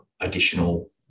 additional